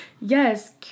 Yes